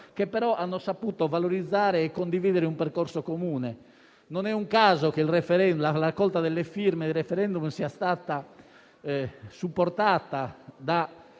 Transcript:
che però hanno saputo valorizzare e condividere un percorso comune. Non è un caso che la raccolta delle firme del *referendum* sia stata supportata e